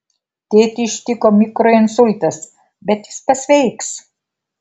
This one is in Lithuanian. tėtį ištiko mikroinsultas bet jis pasveiks